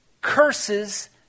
curses